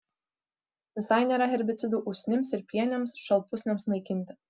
visai nėra herbicidų usnims ir pienėms šalpusniams naikinti